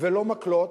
ולא מקלות,